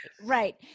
Right